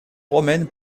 romaine